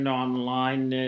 online